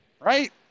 Right